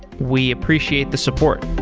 we appreciate the support